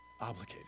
Obligated